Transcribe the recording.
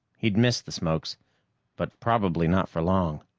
he'd miss the smokes but probably not for long.